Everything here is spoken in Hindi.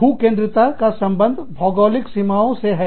भू केंद्रीता का संबंध भौगोलिक सीमाओं से है